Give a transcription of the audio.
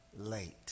late